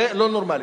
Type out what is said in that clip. זה לא נורמלי.